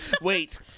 Wait